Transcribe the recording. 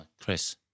Chris